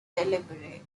deliberate